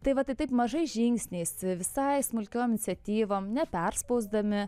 tai va tai taip mažais žingsniais visai smulkiom iniciatyvom neperspausdami